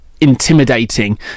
intimidating